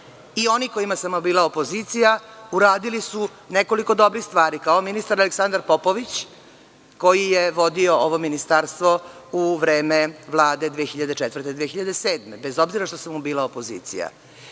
Onima kojima sam bila opozicija uradili su nekoliko dobrih stvari, kao ministar Aleksandar Popović, koji je vodio ovo Ministarstvo u vreme Vlade 2004. do 2007. godine, bez obzira što sam bila opozicija. Nećemo